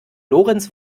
lorenz